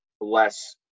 less